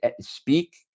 speak